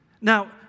Now